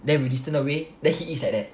then we our way then he is like that